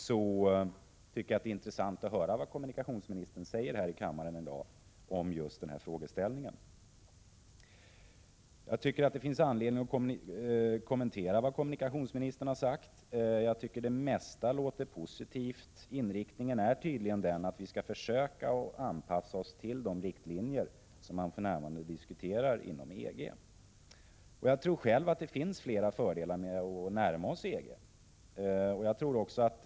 Därför är det intressant att höra vad kommunikationsministern säger här i kammaren i dag om just denna frågeställning. Det finns anledning att kommentera vad kommunikationsministern har sagt. Det mesta låter positivt. Inriktningen är tydligen att vi skall försöka att anpassa oss till de riktlinjer som man för närvarande diskuterar inom EG. Jag tror själv att det skulle innebära flera fördelar för Sverige att närma sig EG.